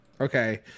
Okay